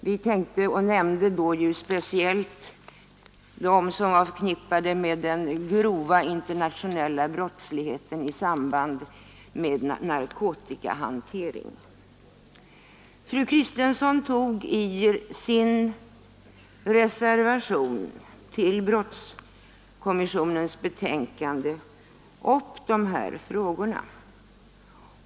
Vi avsåg och nämnde då speciellt dem som var förknippade med den grova internationella brottsligheten i samband med narkotikahanteringen. Fru Kristensson tog i sin reservation till brottskommissionens betänkande upp dessa frågor.